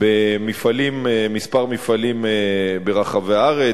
בכמה מפעלים ברחבי הארץ.